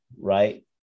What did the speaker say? right